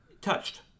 Touched